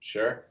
Sure